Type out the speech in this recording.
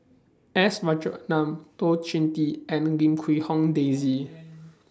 S Rajaratnam Tan Choh Tee and Lim Quee Hong Daisy